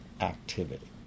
activity